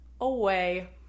away